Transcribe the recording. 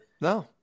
no